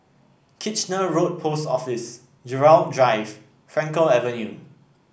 Kitchener Road Post Office Gerald Drive Frankel Avenue